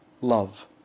love